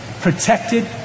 protected